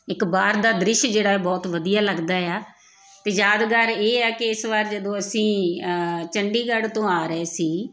ਇੱਕ ਬਾਹਰ ਦਾ ਦ੍ਰਿਸ਼ ਜਿਹੜਾ ਹੈ ਉਹ ਬਹੁਤ ਵਧੀਆ ਲੱਗਦਾ ਆ ਅਤੇ ਯਾਦਗਾਰ ਇਹ ਹੈ ਕਿ ਇਸ ਵਾਰ ਜਦੋਂ ਅਸੀਂ ਚੰਡੀਗੜ੍ਹ ਤੋਂ ਆ ਰਹੇ ਸੀ